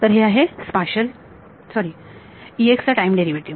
तर हे आहे स्पाशल सॉरी चा टाईम डेरिवेटिव